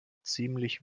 ziemlich